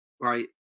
right